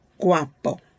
guapo